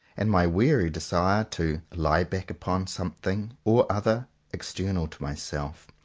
and my weary desire to lie back upon something or other external to myself.